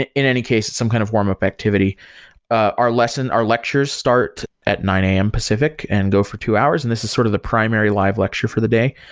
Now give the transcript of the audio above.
and in any case, some kind of warm-up activity our lesson, our lectures start at nine am pacific and go for two hours, and this is sort of the primary live lecture for the day.